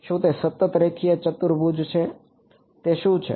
શું તે સતત રેખીય ચતુર્ભુજ છે તે શું છે